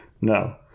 No